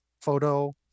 photo